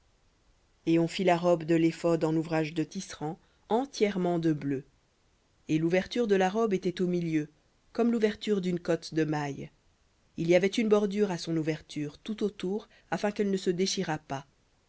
et on fit la robe de l'éphod en ouvrage de tisserand entièrement de bleu et l'ouverture de la robe était au milieu comme l'ouverture d'une cotte de mailles il y avait une bordure à son ouverture tout autour afin qu'elle ne se déchirât pas